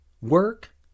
work